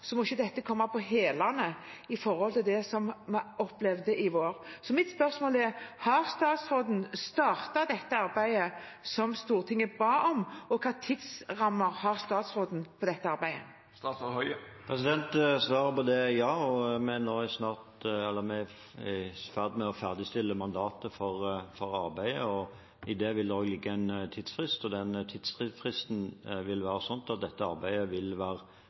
må en ikke komme på hælene med dette – med tanke på det vi opplevde i vår. Så mitt spørsmål er: Har statsråden startet det arbeidet som Stortinget ba om, og hvilke tidsrammer har statsråden for dette arbeidet? Svaret på det er ja. Vi er i ferd med å ferdigstille mandatet for arbeidet. I det vil det også ligge en tidsfrist. Den tidsfristen vil være sånn at dette arbeidet vil være